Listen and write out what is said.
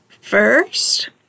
first